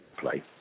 play